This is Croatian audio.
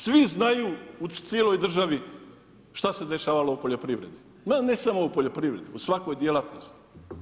Svi znaju u cijeloj državi šta se dešavalo u poljoprivredi ma ne samo u poljoprivredi, u svakoj djelatnosti.